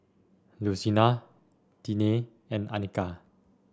Lucina Tiney and Anika